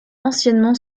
anciennement